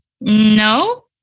No